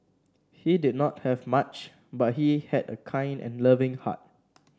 he did not have much but he had a kind and loving heart